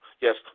Yes